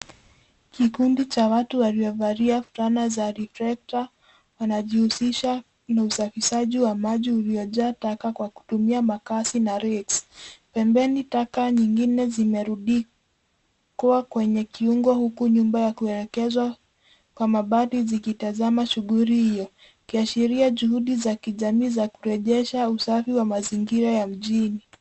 Kikundi cha watu waliovalia sare ya reflector wanajihusisha na usafishaji wa maji iliyojaa taka kwa kutumia makasi na reki. Pembeni taka nyingine zimerundikwa kwenye kiungo huku nyumba ya kuelekezwa kwa mabati zikitazama shughuli hiyo. Kuashiria juhudi za kijamii za kurejesha usafi wa mazingira ya mjini.